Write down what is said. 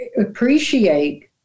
appreciate